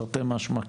תרתי משמע,